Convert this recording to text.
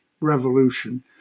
revolution